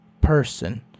person